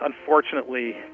unfortunately